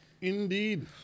Indeed